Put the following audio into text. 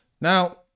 Now